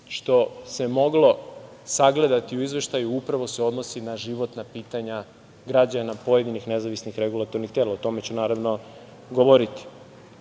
što se moglo sagledati u izveštaju, upravo se odnosi na životna pitanja građana pojedinih nezavisnih regulatornih tela. O tome ću naravno, govoriti. Uvođenje